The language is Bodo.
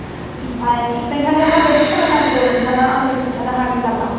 ओमफाय नोंथांनो माबायदि सना नांगौ नोंथाङा आंनो खोन्थानो हागोन नामा